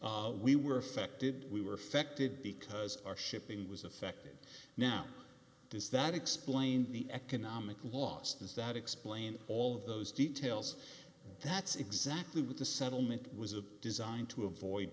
said we were affected we were affected because our shipping was affected now does that explain the economic loss that explain all of those details that's exactly what the settlement was of designed to avoid